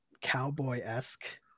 cowboy-esque